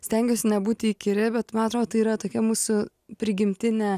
stengiuosi nebūti įkyri bet man atrodo tai yra tokia mūsų prigimtinė